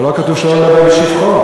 אבל לא כתוב שלא לדבר בשבחו.